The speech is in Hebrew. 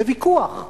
זה ויכוח.